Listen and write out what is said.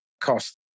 cost